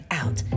out